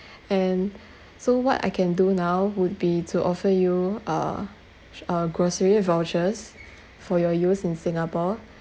and so what I can do now would be to offer you uh a grocery of vouchers for your use in singapore